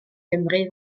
gymru